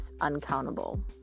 uncountable